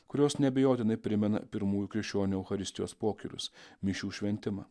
kurios neabejotinai primena pirmųjų krikščionių eucharistijos pokylius mišių šventimą